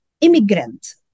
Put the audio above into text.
immigrant